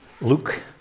luke